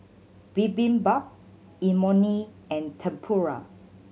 Bibimbap Imoni and Tempura